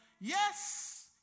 yes